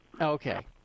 Okay